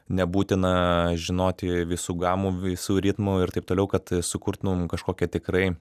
nebūtina žinoti visų gamų visų ritmų ir taip toliau kad sukurtum kažkokią tikrai